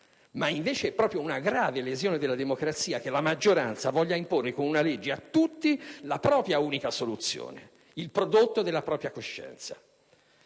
invece è proprio una grave lesione della democrazia che la maggioranza voglia imporre con una legge a tutti la propria unica soluzione, il prodotto della propria coscienza.